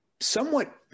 somewhat